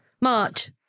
March